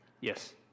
Yes